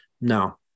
no